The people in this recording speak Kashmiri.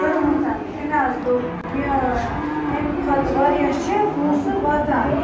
کٔرمٕژ أمۍ حظ دوٚپ یہِ اَمۍ کھۄتہٕ واریاہ چھِ پونٛسہٕ واتان